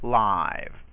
live